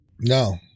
No